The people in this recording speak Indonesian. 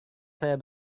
saya